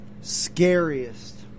scariest